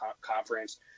conference